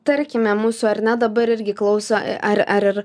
tarkime mūsų ar ne dabar irgi klauso ar ar ir